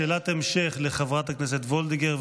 שאלת המשך לחברת הכנסת וולדיגר,